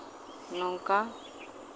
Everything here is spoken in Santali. ᱱᱚᱝᱠᱟ